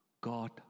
God